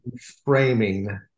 framing